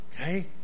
Okay